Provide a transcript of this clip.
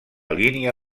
línia